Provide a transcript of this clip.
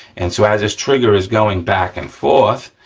and so, as this trigger is going back and forth,